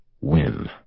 win